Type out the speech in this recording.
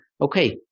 Okay